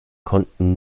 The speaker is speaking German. konnten